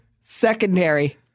secondary